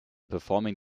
performing